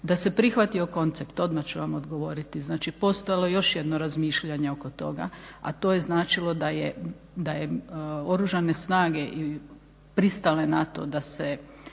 Da se prihvatio koncept odmah ću vam odgovoriti, znači postojalo je još jedno razmišljanje oko toga, a to je značilo da su oružane snage pristale na to da se